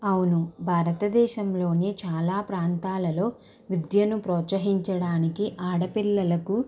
అవును భారతదేశంలోని చాలా ప్రాంతాలలో విద్యను ప్రోత్సహించడానికి ఆడపిల్లలకు